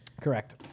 Correct